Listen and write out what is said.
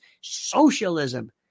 socialism